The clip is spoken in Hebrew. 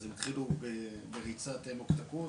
אז הם יתחילו בריצת אמוק את הקורס,